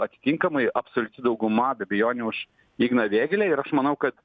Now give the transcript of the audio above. atitinkamai absoliuti dauguma be abejonių už igną vėgėlę ir aš manau kad